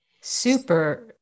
Super